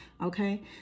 Okay